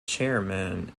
chairmen